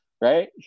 right